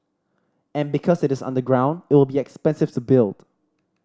and because it is underground it will be expensive to build